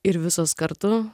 ir visos kartu